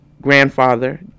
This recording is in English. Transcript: grandfather